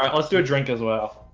um let's do a drink as well.